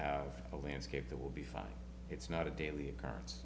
have a landscape that will be fine it's not a daily occurrence